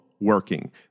working